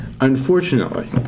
Unfortunately